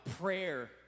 prayer